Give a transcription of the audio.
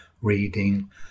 reading